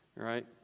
Right